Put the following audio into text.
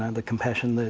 and the compassion,